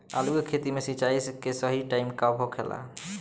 आलू के खेती मे सिंचाई के सही टाइम कब होखे ला?